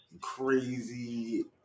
crazy